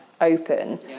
open